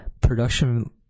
production